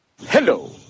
Hello